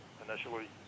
initially